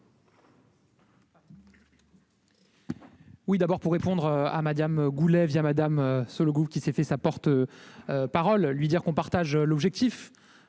Oui, d'abord pour répondre à Madame Goulet via madame, le groupe qui s'est fait sa porte. Parole lui dire qu'on partage l'objectif